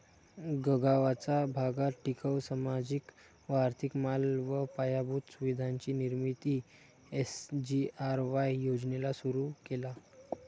गगावाचा भागात टिकाऊ, सामाजिक व आर्थिक माल व पायाभूत सुविधांची निर्मिती एस.जी.आर.वाय योजनेला सुरु केला